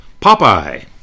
popeye